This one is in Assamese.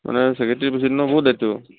মানে চেক্ৰেটাৰী প্ৰেছিডেণ্টৰ বহুত দায়িত্ব